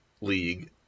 league